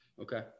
okay